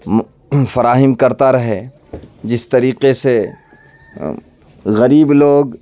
فراہم کرتا رہے جس طریقے سے غریب لوگ